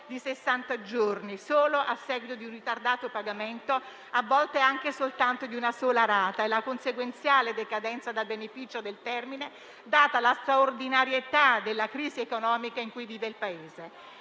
giorni solo a seguito di un ritardato pagamento, a volte anche soltanto di una sola rata, e la conseguenziale decadenza dal beneficio del termine, data la straordinarietà della crisi economica in cui vive il Paese.